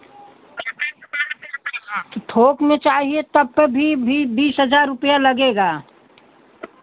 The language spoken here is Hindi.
तो थौक में चाहिए तब पे भी भी बीस हज़ार रुपैया लगेगा